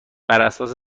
براساس